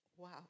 Wow